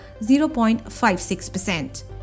0.56%